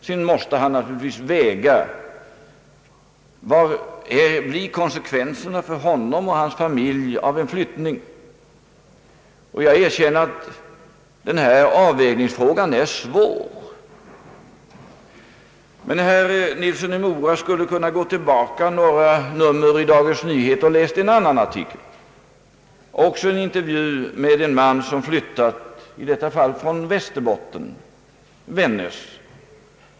Sedan måste han naturligtvis väga detta mot konsekvenserna för honom och hans familj av en flyttning. Jag erkänner att den här avvägningsfrågan är svår. Herr Nilsson i Mora skulle kunna gå tillbaka några nummer i Dagens Nyheter till en intervju med en man som flyttade från Vännäs i Västerbotten.